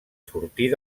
sortir